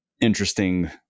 interesting